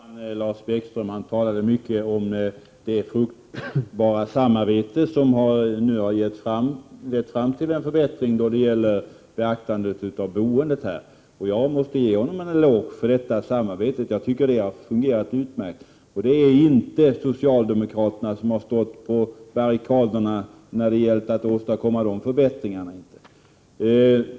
Herr talman! Lars Bäckström talade mycket om det fruktbara samarbete som nu har lett fram till en förbättring i vad gäller beaktandet av boendet. Jag måste ge honom en eloge för detta samarbete. Jag tycker att det har fungerat utmärkt. Det är inte socialdemokraterna som stått på barrikaderna för att åstadkomma de förbättringarna.